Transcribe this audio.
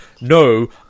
no